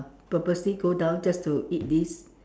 purposely go down just to eat this